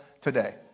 today